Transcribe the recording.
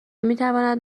میتواند